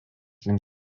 link